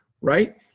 right